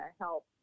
help